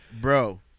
Bro